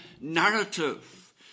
narrative